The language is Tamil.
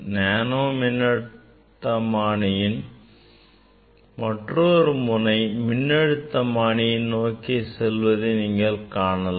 நேனோ மின்னோட்டமானியின் மற்றொரு முனை மின்னழுத்தமானியை நோக்கி செல்வதை நீங்கள் காணலாம்